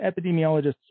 epidemiologists